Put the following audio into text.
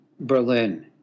Berlin